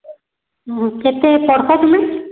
କେତେ ପଢ଼୍ସ ତୁମେ